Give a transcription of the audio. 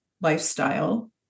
lifestyle